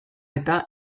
eta